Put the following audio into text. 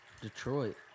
Detroit